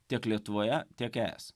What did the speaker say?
tiek lietuvoje tiek es